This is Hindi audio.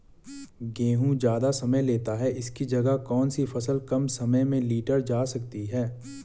गेहूँ ज़्यादा समय लेता है इसकी जगह कौन सी फसल कम समय में लीटर जा सकती है?